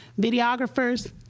videographers